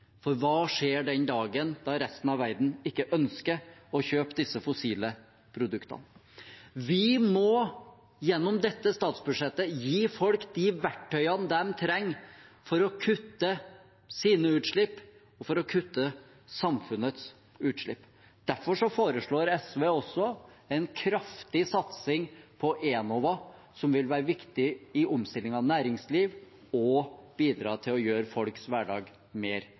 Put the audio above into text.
For hva skjer den dagen da resten av verden ikke ønsker å kjøpe disse fossile produktene? Vi må gjennom dette statsbudsjettet gi folk de verktøyene de trenger for å kutte sine utslipp og for å kutte samfunnets utslipp. Derfor foreslår SV også en kraftig satsing på Enova, som vil være viktig i omstilling av næringsliv og bidra til å gjøre folks hverdag mer